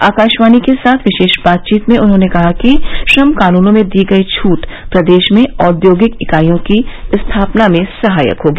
आकाशवाणी के साथ विशेष बातचीत में उन्होंने कहा कि श्रम कानूनों में दी गई छूट प्रदेश में औद्योगिक इकाईयों की स्थापना में सहायक होगी